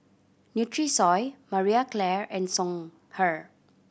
Nutrisoy Marie Claire and Songhe